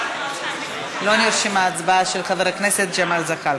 לא נרשמה ההצבעה של חבר הכנסת ג'מאל זחאלקה.